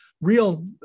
real